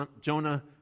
Jonah